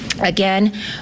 Again